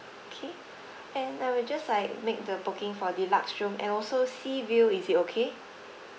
okay and I will just like make the booking for deluxe room and also sea view is it okay